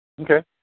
Okay